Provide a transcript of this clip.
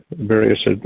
various